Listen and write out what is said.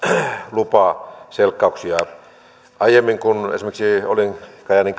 lupaselkkauksia aiemmin esimerkiksi kun olin kajaanin